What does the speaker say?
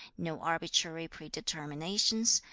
no arbitrary predeterminations,